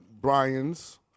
Brian's